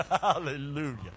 Hallelujah